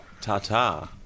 Ta-ta